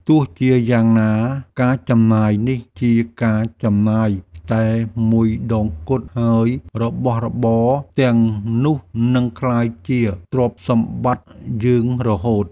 ទោះជាយ៉ាងណាការចំណាយនេះជាការចំណាយតែមួយដងគត់ហើយរបស់របរទាំងនោះនឹងក្លាយជាទ្រព្យសម្បត្តិយើងរហូត។